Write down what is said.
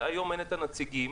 שהיום אין את הנציגים,